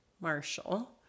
marshall